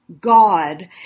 God